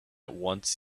once